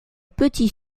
petit